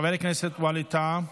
חבר הכנסת ווליד טאהא,